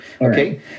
Okay